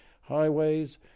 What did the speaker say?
Highways